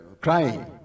crying